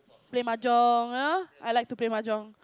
play mahjong ah I like to play mahjong